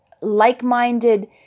like-minded